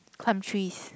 climb trees